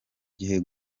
gihe